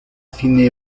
cine